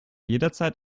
jederzeit